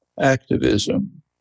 activism